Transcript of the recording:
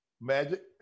Magic